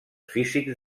físics